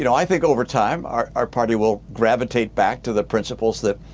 you know i think over time our our party will gravitate back to the principles that